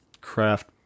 craft